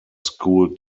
school